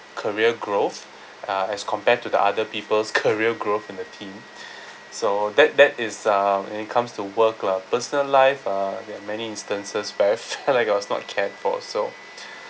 career growth uh as compared to the other people's career growth in the team so that that is uh when it comes to work lah personal life ah there are many instances but I felt like I was not cared for so